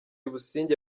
busingye